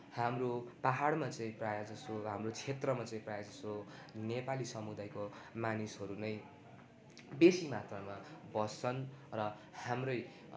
हाम्रो पाहाडमा चाहिँ प्रायः जसो हाम्रो क्षेत्रमा चाहिँ प्रायः जसो नेपाली समुदायको मानिसहरू नै बेसी मात्रामा बस्छन् र हाम्रै